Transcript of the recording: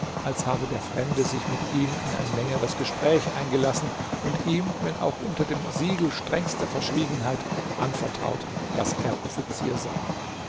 als habe der fremde sich mit ihm in ein längeres gespräch eingelassen und ihm wenn auch unter dem siegel strengster verschwiegenheit anvertraut daß er offizier sei